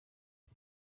ati